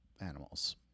animals